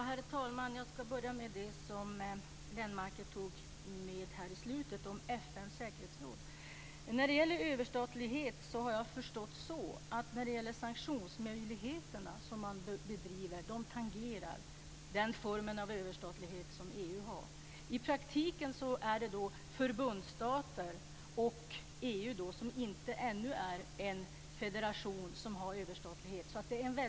Herr talman! Jag ska börja med det som Lennmarker tog upp här i slutet om FN:s säkerhetsråd. När det gäller överstatlighet så har jag förstått det så att de sanktionsmöjligheter man har tangerar den form av överstatlighet som EU har. I praktiken är det förbundsstater, och så EU då, som ännu inte är en federation, som har överstatlighet.